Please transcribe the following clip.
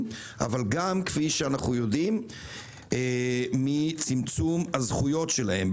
אבל גם כפי שאנחנו יודעים עקב צמצום הזכויות שלהם,